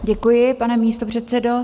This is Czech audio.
Děkuji, pane místopředsedo.